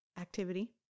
activity